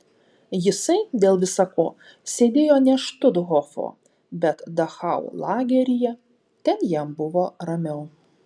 jisai dėl visa ko sėdėjo ne štuthofo bet dachau lageryje ten jam buvo ramiau